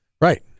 Right